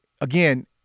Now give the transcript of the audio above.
Again